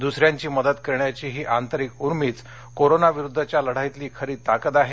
द्सऱ्यांची मदत करण्याची ही आंतरिक उर्मीच कोरोना विरुद्धच्या लढाईतली खरी ताकद आहे